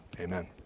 Amen